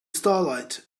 starlight